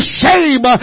shame